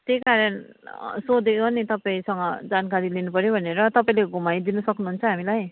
त्यहीकारण सोधेको नि तपाईँसँग जानकारी लिनु पऱ्यो भनेर तपाईँले घुमाइदिनु सक्नुहुन्छ हामीलाई